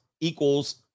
equals